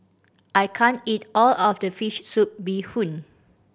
I can't eat all of this fish soup bee hoon